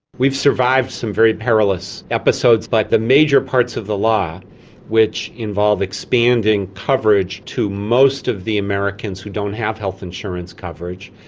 we've survived some very perilous episodes, but the major parts of the law which involve expanding coverage to most of the americans who don't have health insurance coverage,